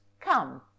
Come